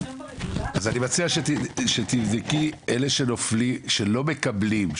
אז אני מציע שתבדקי אלה שלא מקבלים,